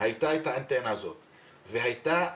והייתה